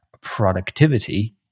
productivity